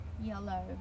yellow